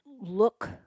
look